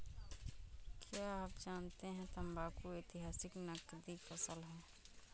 क्या आप जानते है तंबाकू ऐतिहासिक नकदी फसल है